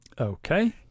Okay